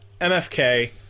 MFK